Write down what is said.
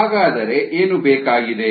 ಹಾಗಾದರೆ ಏನು ಬೇಕಾಗಿದೆ